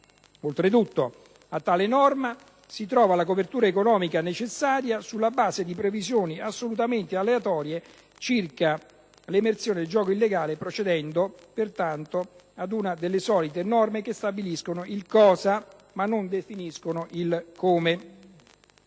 Oltretutto a tale norma si trova la copertura economica necessaria sulla base di previsioni assolutamente aleatorie circa l'emersione del gioco illegale, procedendo pertanto ad una delle solite norme che stabiliscono il "cosa", ma non definiscono il "come".